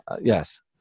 yes